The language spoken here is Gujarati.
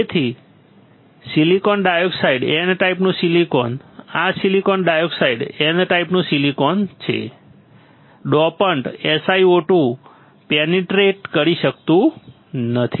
તેથી સિલિકોન ડાયોક્સાઇડ N ટાઈપનું સિલિકોન આ સિલિકોન ડાયોક્સાઇડ N ટાઈપનું સિલિકોન છે ડોપન્ટ SiO2 પેનિટ્રેટ કરી શકતું નથી